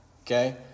Okay